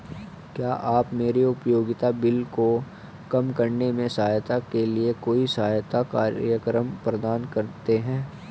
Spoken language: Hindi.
क्या आप मेरे उपयोगिता बिल को कम करने में सहायता के लिए कोई सहायता कार्यक्रम प्रदान करते हैं?